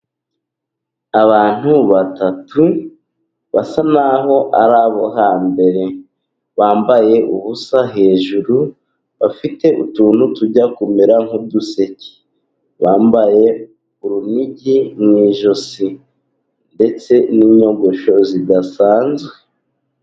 Abantu batatu basa n'aho ari abo hambere， bambaye ubusa hejuru， bafite utuntu tujya kumera nk'uduseke，bambaye urunigi mu ijosi， ndetse n'inyogosho zidasanzwe.